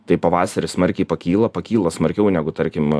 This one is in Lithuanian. tai pavasarį smarkiai pakyla pakyla smarkiau negu tarkim